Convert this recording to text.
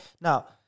Now